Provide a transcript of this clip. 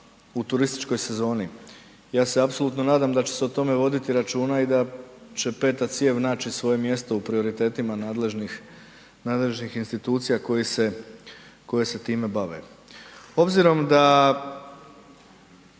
u turističkoj sezoni. Ja se apsolutno nadam da će se o tome voditi računa i da će peta cijev naći svoje mjesto u prioritetima nadležnih institucija koje se time bave. Obzirom da